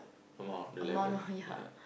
amount the level yeah